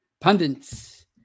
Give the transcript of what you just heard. pundits